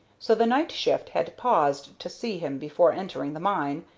so the night-shift had paused to see him before entering the mine,